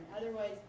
Otherwise